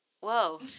Whoa